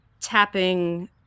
tapping